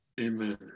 Amen